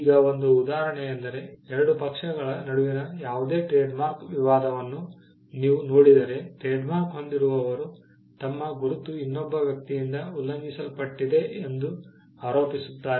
ಈಗ ಒಂದು ಉದಾಹರಣೆಯೆಂದರೆ ಎರಡು ಪಕ್ಷಗಳ ನಡುವಿನ ಯಾವುದೇ ಟ್ರೇಡ್ಮಾರ್ಕ್ ವಿವಾದವನ್ನು ನೀವು ನೋಡಿದರೆ ಟ್ರೇಡ್ಮಾರ್ಕ್ ಹೊಂದಿರುವವರು ತಮ್ಮ ಗುರುತು ಇನ್ನೊಬ್ಬ ವ್ಯಕ್ತಿಯಿಂದ ಉಲ್ಲಂಘಿಸಲ್ಪಟ್ಟಿದೆ ಎಂದು ಆರೋಪಿಸುತ್ತಾರೆ